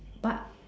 but